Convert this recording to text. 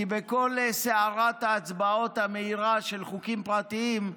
כי בכל סערת ההצבעות המהירה על חוקים פרטיים,